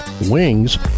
wings